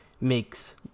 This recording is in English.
makes